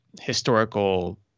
historical